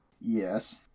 Yes